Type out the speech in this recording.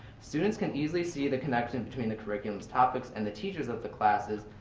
students can easily see the connection between the curriculum's topics and the teachers of the classes,